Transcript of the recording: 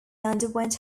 underwent